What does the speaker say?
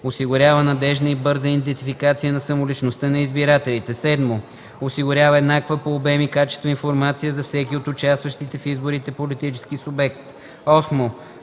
осигурява надеждна и бърза идентификация на самоличността на избирателите; 7. осигурява еднаква по обем и качество информация за всеки от участващите в изборите политически субект; 8.